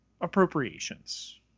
appropriations